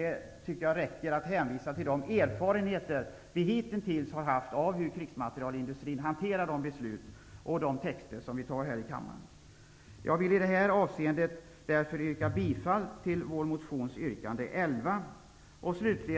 Jag tycker att det räcker att hänvisa till de erfarenheter som vi hitintills har haft av hur krigsmaterielindustrin hanterar de beslut och de texter som vi antar här i kammaren. Jag vill därför i detta avseende yrka bifall till vår motions yrkande 11. I övrigt